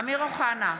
אמיר אוחנה,